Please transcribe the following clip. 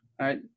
right